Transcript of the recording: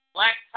Black